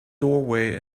doorway